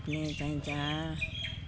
पनिउँ चाहिन्छ